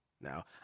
now